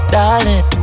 Darling